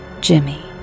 Jimmy